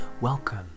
Welcome